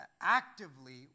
actively